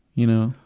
you know.